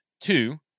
Two